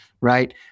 right